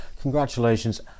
Congratulations